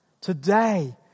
today